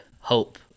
hope